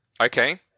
Okay